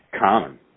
common